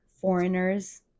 foreigners